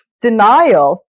denial